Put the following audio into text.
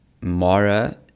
Mara